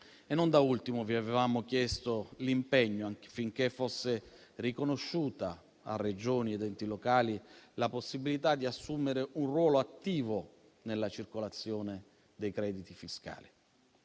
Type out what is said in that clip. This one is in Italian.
Non da ultimo vi avevamo chiesto l'impegno affinché fosse riconosciuta a Regioni ed enti locali la possibilità di assumere un ruolo attivo nella circolazione dei crediti fiscali.